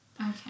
Okay